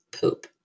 poop